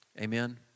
Amen